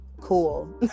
cool